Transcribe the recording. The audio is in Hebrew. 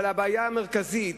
אבל הבעיה המרכזית